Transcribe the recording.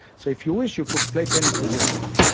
so if you wish you could play tennis with yourself.